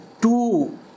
two